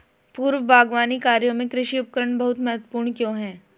पूर्व बागवानी कार्यों में कृषि उपकरण बहुत महत्वपूर्ण क्यों है?